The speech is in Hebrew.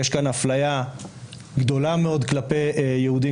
יש כאן אפליה גדולה מאוד כלפי יהודים,